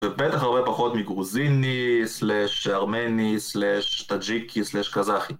ובטח הרבה פחות מגרוזיני, סלאש ארמני, סלאש טג'יקי, סלאש קזחי.